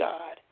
God